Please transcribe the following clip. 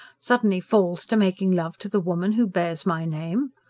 suddenly falls to making love to the woman who bears my name?